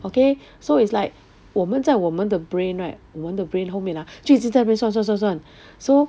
okay so it's like 我们在我们的 brain right 我们的 brain 后面那就一直在那边算算算算 so